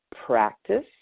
practice